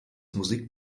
musik